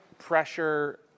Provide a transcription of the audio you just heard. Pressure